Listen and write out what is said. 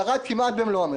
ירד כמעט במלוא המכס.